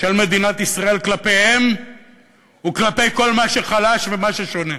של מדינת ישראל כלפיהם וכלפי כל מה שחלש ומה ששונה.